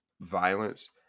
violence